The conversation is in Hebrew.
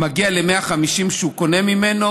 מגיעה ל-150,000 שהוא קונה ממנו,